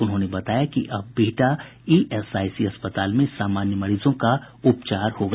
उन्होंने बताया कि अब बिहटा ईएसआईसी अस्पताल में सामान्य मरीजों का उपचार होगा